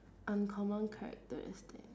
uncommon characteristic